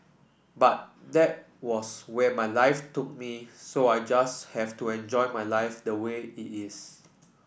but that was where my life took me so I just have to enjoy my life